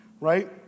right